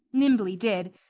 nimbly did,